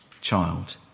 child